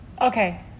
Okay